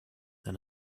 than